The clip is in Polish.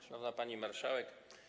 Szanowna Pani Marszałek!